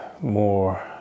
more